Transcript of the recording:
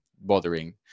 bothering